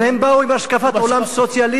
אבל הם באו עם השקפת עולם סוציאליסטית,